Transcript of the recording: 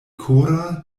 kora